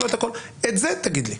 את זה תגיד לי.